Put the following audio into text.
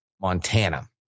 Montana